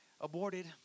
aborted